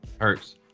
Hurts